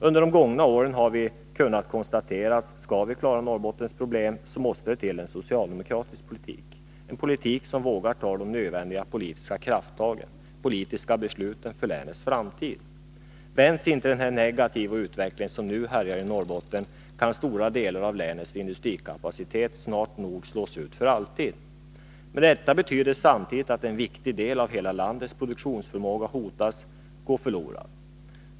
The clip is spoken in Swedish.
Under de gångna åren har vi kunnat konstatera att det måste till en socialdemokratisk politik, om vi skall klara Norrbottens problem — en politik som vågar ta de nödvändiga politiska krafttagen och politiska besluten för länets framtid. Vänds inte den negativa utveckling som nu härjar i Norrbotten, kan stora delar av länets industrikapacitet snabbt nog slås ut för alltid. Men detta betyder samtidigt att en viktig del av hela landets produktionsförmåga riskerar att gå förlorad.